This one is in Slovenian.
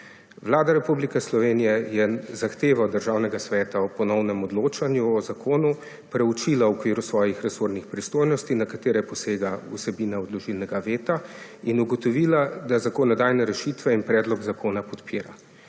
Vlada Republike Slovenije je zahtevo Državnega sveta o ponovnem odločanju o zakonu preučila v okviru svojih resornih pristojnosti, na katere posega vsebina odložilnega veta, in ugotovila, da zakonodajne rešitve in predlog zakona podpira.